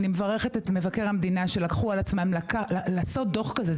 אני מברכת את מבקר המדינה על כך שלקחו על עצמם לעשות דוח כזה.